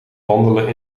wandelen